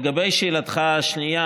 לגבי שאלתך השנייה,